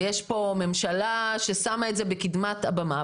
ויש פה ממשלה ששמה את זה בקדמת הבמה.